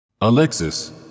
Alexis